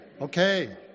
okay